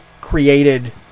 created